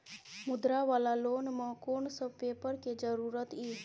मुद्रा वाला लोन म कोन सब पेपर के जरूरत इ?